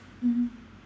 mm